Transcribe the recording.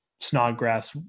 Snodgrass